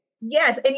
Yes